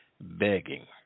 begging